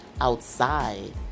outside